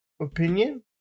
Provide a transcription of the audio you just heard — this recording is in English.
opinion